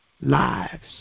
lives